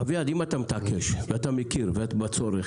אביעד, אם אתה מתעקש ואתה מכיר בצורך